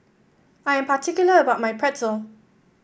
I am particular about my Pretzel